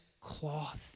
cloth